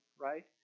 right